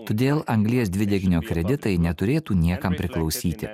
todėl anglies dvideginio kreditai neturėtų niekam priklausyti